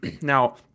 Now